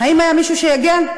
האם היה מישהו שהגן?